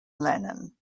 lennon